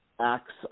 acts